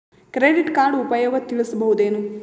Credit card ಉಪಯೋಗ ತಿಳಸಬಹುದೇನು?